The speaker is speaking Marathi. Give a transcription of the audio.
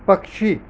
पक्षी